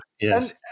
Yes